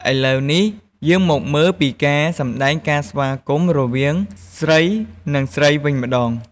ឥឡូវនេះ យើងមកមើលពីការសម្ដែងការស្វាគមន៍រវាងស្រី និង ស្រីវិញម្ដង។